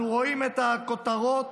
אנחנו רואים את הכותרות